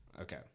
Okay